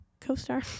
co-star